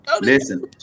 listen